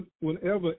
whenever